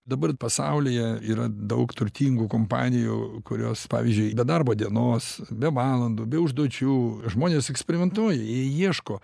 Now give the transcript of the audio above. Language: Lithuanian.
dabar pasaulyje yra daug turtingų kompanijų kurios pavyzdžiui be darbo dienos be valandų be užduočių žmonės eksperimentuoja jie ieško